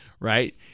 Right